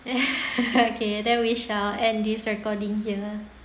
ya okay then we shall end this recording here